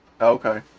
Okay